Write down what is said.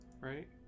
right